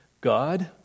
God